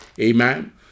amen